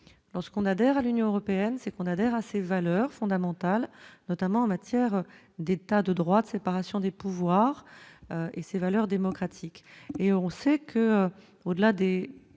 lorsqu'on adhère à l'Union européenne, c'est qu'on adhère à ces valeurs fondamentales, notamment en matière d'état de droit, de séparation des pouvoirs et ces valeurs démocratiques et on sait que, au-delà d'et